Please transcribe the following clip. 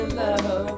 love